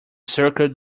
circled